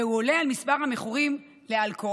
והוא עולה על מספר המכורים לאלכוהול,